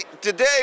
Today